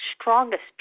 strongest